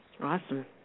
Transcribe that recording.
Awesome